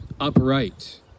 upright